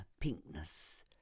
pinkness